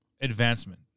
advancement